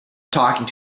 talking